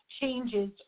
changes